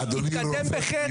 מתקדם בחטא,